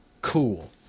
cool